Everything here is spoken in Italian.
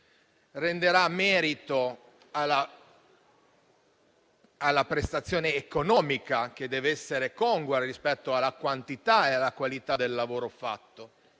conseguente prestazione economica, che dev'essere congrua rispetto alla quantità e alla qualità del lavoro svolto.